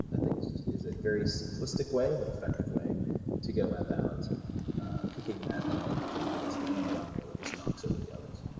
i think is just a very simplistic way but effective way to go about picking that, and i like to think of it as the lead domino that just knocks over the others.